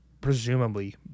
presumably